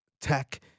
tech